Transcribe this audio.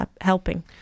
helping